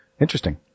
Interesting